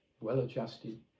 well-adjusted